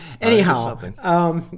Anyhow